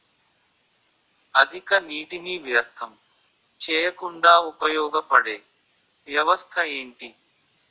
అధిక నీటినీ వ్యర్థం చేయకుండా ఉపయోగ పడే వ్యవస్థ ఏంటి